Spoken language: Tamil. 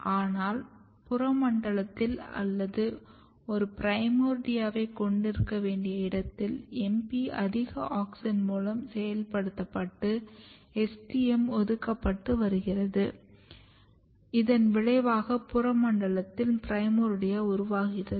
ஆனால் புற மண்டலத்தில் அல்லது ஒரு பிரைமோர்டியாவைக் கொண்டிருக்க வேண்டிய இடத்தில் MP அதிக ஆக்ஸின் மூலம் செயல்படுத்தப்பட்டு STM ஒடுக்கப்பட்டு வருகிறது இதன் விளைவாக புற மண்டலத்தில் பிரைமோர்டியா உருவாகிறது